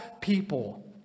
people